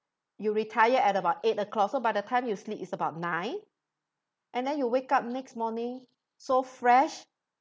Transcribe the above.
you retire at about eight o'clock so by the time you sleep it's about nine and then you wake up next morning so fresh